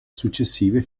successive